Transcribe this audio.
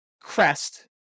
crest